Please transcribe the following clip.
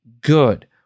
good